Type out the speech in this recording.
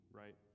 right